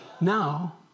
now